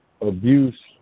abuse